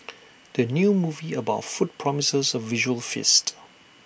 the new movie about food promises A visual feast